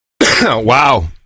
Wow